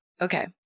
Okay